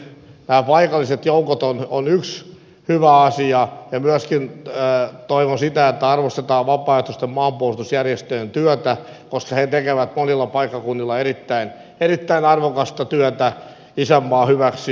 nämä paikalliset joukot ovat yksi hyvä asia ja myöskin toivon sitä että arvostetaan vapaaehtoisten maanpuolustusjärjestöjen työtä koska ne tekevät monilla paikkakunnilla erittäin arvokasta työtä isänmaan hyväksi